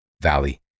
Valley